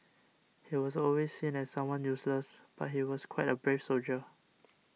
he was always seen as someone useless but he was quite a brave soldier